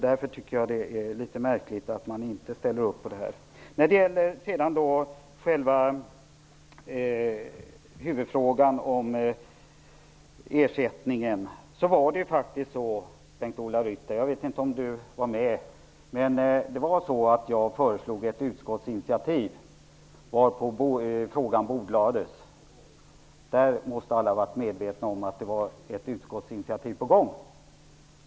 Därför tycker jag att det är litet märkligt att man inte ställer upp på detta. När det sedan gäller själva huvudfrågan om ersättningen var det faktiskt så, Bengt-Ola Ryttar - jag vet inte om Bengt-Ola Ryttar var med då - att jag föreslog ett utskottsinitiativ varpå frågan bordlades. Alla måste ha varit medvetna om att ett utskottsinitiativ var på gång.